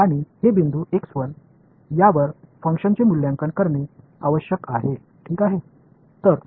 எனவே இந்த மற்றும் ஃபங்ஷன் மதிப்பீடு செய்ய வேண்டிய புள்ளிகள்